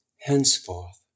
Henceforth